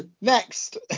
Next